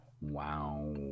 wow